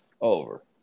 Over